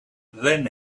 then